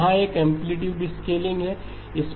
वहाँ एक amplitude scaling है